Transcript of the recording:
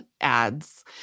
ads